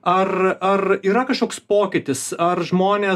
ar ar yra kažkoks pokytis ar žmonės